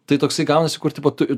tai toksai gaunasi kur tipo tu